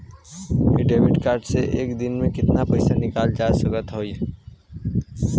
इ debit card से एक दिन मे कितना पैसा निकाल सकत हई?